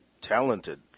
talented